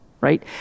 right